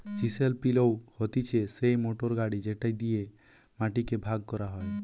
chisel পিলও হতিছে সেই মোটর গাড়ি যেটি দিয়া মাটি কে ভাগ করা হয়